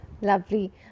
Lovely